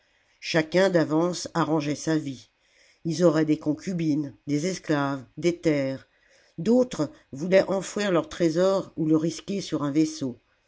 chacun d'avance arrangeait sa vie ils auraient des concubines des esclaves des terres d'autres voulaient enfouir leur trésor ou le risquer sur un vaisseau